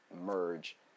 merge